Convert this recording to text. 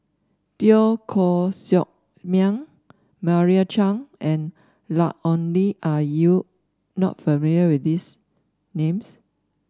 Teo Koh Sock Miang Meira Chand and Ian Ong Li are you not familiar with these names